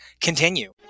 continue